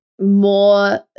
more